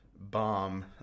bomb